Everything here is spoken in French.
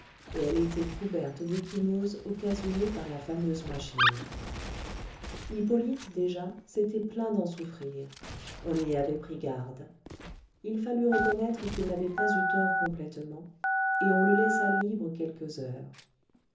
et elle était couverte d'ecchymoses occasionnées par la fameuse machine hippolyte déjà s'était plaint d'en souffrir on n'y avait pris garde il fallut reconnaître qu'il n'avait pas eu tort complètement et on le laissa libre quelques heures